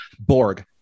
Borg